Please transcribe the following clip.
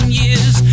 years